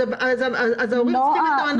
ואז ההורים צריכים את המנוף.